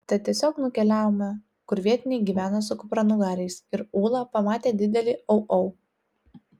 tad tiesiog nukeliavome kur vietiniai gyvena su kupranugariais ir ūla pamatė didelį au au